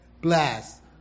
blast